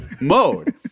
mode